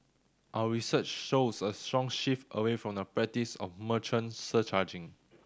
our research shows a strong shift away from the practice of merchant surcharging